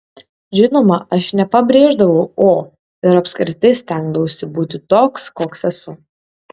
žinoma aš nepabrėždavau o ir apskritai stengdavausi būti toks koks esu